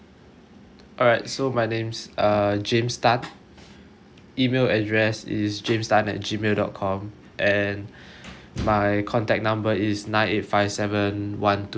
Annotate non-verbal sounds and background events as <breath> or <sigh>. alright so my name is err james tan E mail address is james tan at G mail dot com and <breath> my contact number is nine eight five seven one two three four